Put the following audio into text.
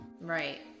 Right